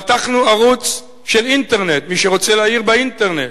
פתחנו ערוץ של אינטרנט, מי שרוצה להעיר באינטרנט.